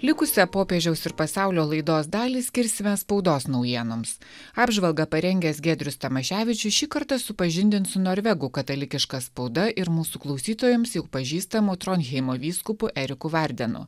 likusią popiežiaus ir pasaulio laidos dalį skirsime spaudos naujienoms apžvalgą parengęs giedrius tamaševičius šį kartą supažindins su norvegų katalikiška spauda ir mūsų klausytojams jau pažįstamu tronheimo vyskupu eriku vardenu